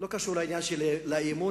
לא קשור לעניין האי-אמון,